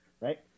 right